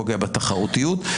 פוגע בתחרותיות,